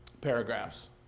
paragraphs